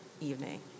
evening